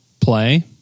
play